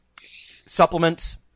Supplements